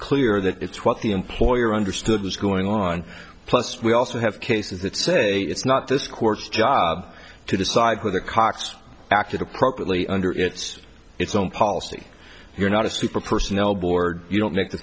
clear that what the employer understood was going on plus we also have cases that say it's not this court's job to decide what the cox acted appropriately under its own policy you're not a super personnel board you don't make the